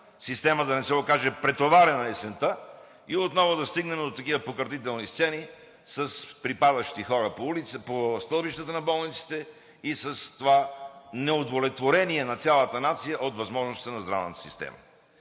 системата да не се окаже претоварена есента и отново да стигнем до такива покъртителни сцени с припадащи хора по стълбищата на болниците и до това неудовлетворение на цялата нация от възможностите на здравната система.